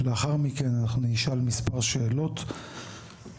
לאחר מכן אנחנו נשאל מספר שאלות בסוגיית